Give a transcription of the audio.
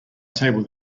table